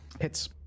Hits